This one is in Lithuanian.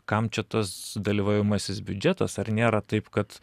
kam čia tas dalyvaujamasis biudžetas ar nėra taip kad